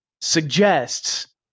suggests